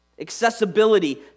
Accessibility